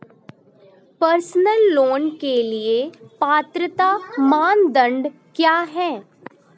Personal loan के लिए पात्रता मानदंड क्या हैं?